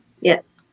Yes